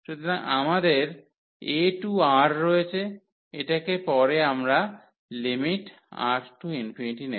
সুতরাং আমাদের a to R রয়েছে এটাকে পরে আমরা R→∞ নেব